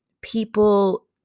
people